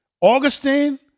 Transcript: Augustine